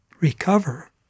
recover